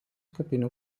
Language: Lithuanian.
kapinių